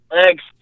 Thanks